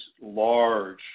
large